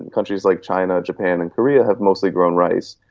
and countries like china, japan and korea have mostly grown rice.